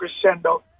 crescendo